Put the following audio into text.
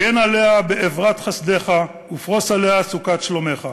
הגן עליה באברת חסדך ופרוס עליה סוכת שלומך,